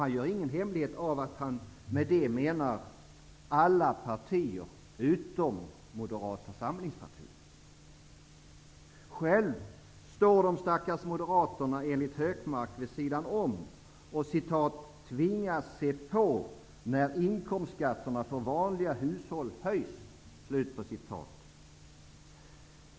Han gör ingen hemlighet av att han därmed avser alla partier utom Moderata samlingspartiet. Själva står de stackars moderaterna enligt Hökmark vid sidan om och ''tvingas se på, när inkomstskatterna för vanliga hushåll höjs''.